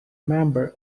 member